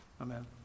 Amen